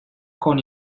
con